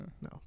No